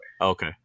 Okay